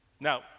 Now